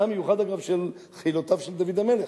זה המיוחד, אגב, בחילותיו של דוד המלך,